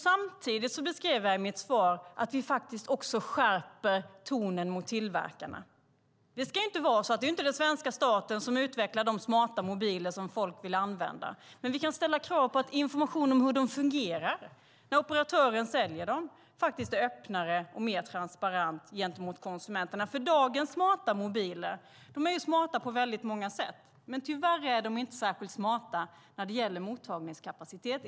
Samtidigt beskrev jag i mitt svar att vi faktiskt också skärper tonen mot tillverkarna. Det är inte den svenska staten som utvecklar de smarta mobiler som folk vill använda. Men vi kan ställa krav på att information om hur de fungerar när operatören säljer dem faktiskt är öppnare och mer transparent gentemot konsumenterna. Dagens smarta mobiler är smarta på många sätt. Men tyvärr är de inte särskilt smarta när det gäller mottagningskapacitet.